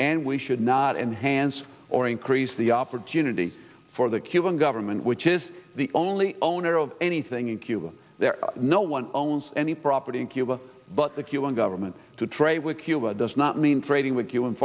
and we should not enhance or increase the opportunity for the cuban government which is the only owner of anything in cuba there no one owns any property in cuba but the cuban government to trade with cuba does not mean trading with